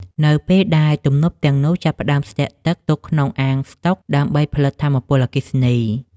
នៅពេលដែលទំនប់ទាំងនោះចាប់ផ្តើមស្ទាក់ទឹកទុកក្នុងអាងស្តុកដើម្បីផលិតថាមពលអគ្គិសនី។